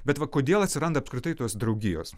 bet va kodėl atsiranda apskritai tos draugijos